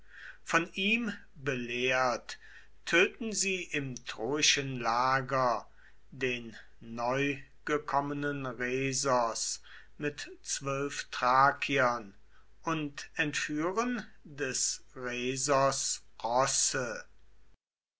von ihm belehrt töten sie im troischen lager den neugekommenen rhesos mit zwölf thrakiern und entführen des